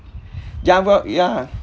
yeah but yeah